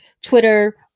Twitter